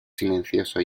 silencioso